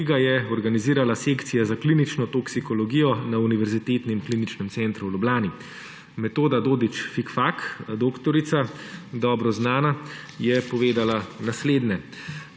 ki ga je organizirala Sekcija za klinično toksikologijo na Univerzitetnem in kliničnem centru v Ljubljani. Metoda Dodič Fikfak, doktorica, dobro znana, je povedala naslednje,